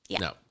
no